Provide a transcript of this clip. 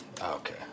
okay